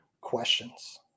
questions